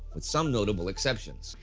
with some notable exceptions.